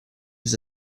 was